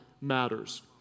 matters